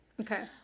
Okay